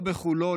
לא בכולו,